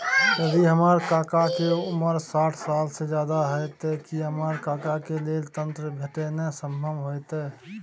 यदि हमर काका के उमर साठ साल से ज्यादा हय त की हमर काका के लेल ऋण भेटनाय संभव होतय?